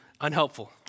unhelpful